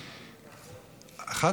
אמן.